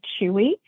Chewy